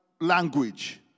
language